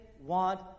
want